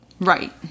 Right